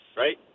right